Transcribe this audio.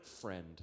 friend